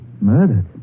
Murdered